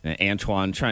Antoine